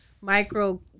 micro